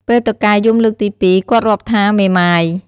ពេលតុកែយំលើកទី ២ គាត់រាប់ថា "មេម៉ាយ" ។